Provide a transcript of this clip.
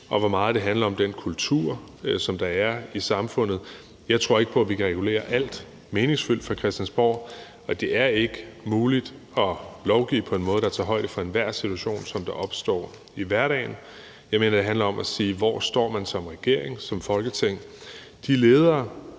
og hvor meget det handler om den kultur, som der er i samfundet. Jeg tror ikke på, at vi kan regulere alt meningsfyldt fra Christiansborg, og det er ikke muligt at lovgive på en måde, der tager højde for enhver situation, som opstår i hverdagen. Jeg mener, det handler om at sige, hvor man står som regering og som Folketing. De ledere